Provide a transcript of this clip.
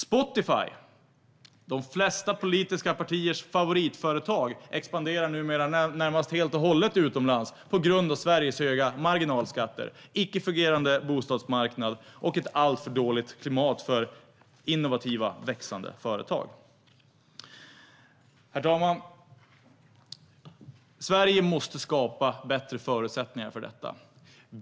Spotify - de flesta politiska partiers favoritföretag - expanderar numera närmast helt och hållet utomlands på grund av Sveriges höga marginalskatter, icke fungerande bostadsmarknad och ett alltför dåligt klimat för innovativa, växande företag. Herr talman! Sverige måste skapa bättre förutsättningar för detta.